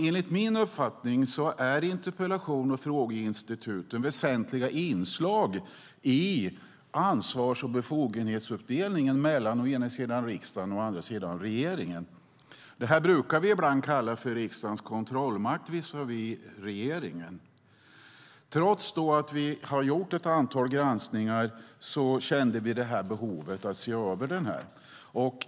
Enligt min uppfattning är interpellations och frågeinstituten väsentliga inslag i ansvars och befogenhetsfördelningen mellan å ena sidan riksdagen och å andra sidan regeringen. Det här brukar vi ibland kalla för riksdagens kontrollmakt visavi regeringen. Trots att vi har gjort ett antal granskningar kände vi behovet att se över detta.